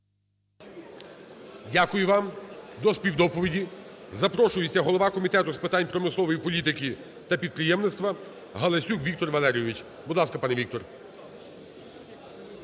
Дякую вам. До співдоповіді запрошується голова Комітету з питань промислової політики та підприємництва Галасюк Віктор Валерійович. Будь ласка, пане Віктор.